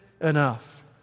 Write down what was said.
enough